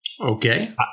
Okay